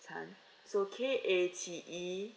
tan so K A T E